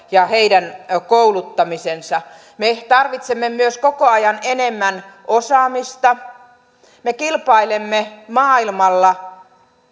ja heidän kouluttamisensa me tarvitsemme myös koko ajan enemmän osaamista me kilpailemme maailmalla